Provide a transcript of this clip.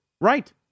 Right